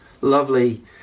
lovely